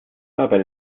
dabei